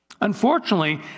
Unfortunately